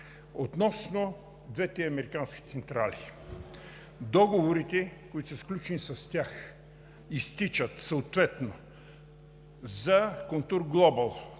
Относно двете американски централи. Договорите, които са сключени с тях, изтичат съответно: за „Контур Глобал